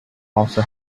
also